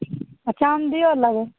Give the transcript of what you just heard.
आओर चाँदियो लेबय